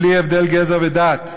בלי הבדל גזע ודת,